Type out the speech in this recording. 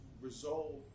resolve